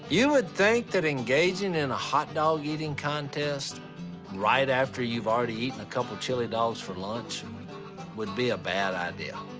you would think that engaging in a hot dog eating contest right after you've already eaten a couple chili dogs for lunch would be a bad idea.